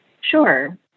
Sure